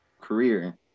career